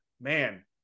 man